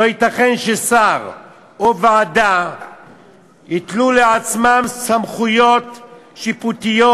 לא ייתכן ששר או ועדה ייתנו לעצמם סמכויות שיפוטיות.